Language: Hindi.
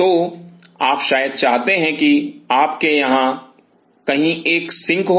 तो आप शायद चाहते हैं कि आपके यहाँ कहीं एक सिंक हो